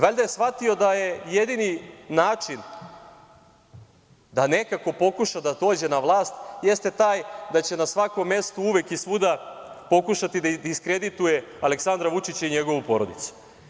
Valjda je shvatio da jedini način da nekako pokuša da dođe na vlast, jeste taj da će na svakom mestu i svuda pokušati da diskredituje Aleksandra Vučića i njegovu porodicu.